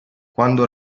quando